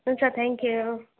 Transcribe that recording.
हुन्छ थ्याङ्कयू